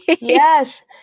Yes